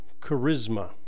charisma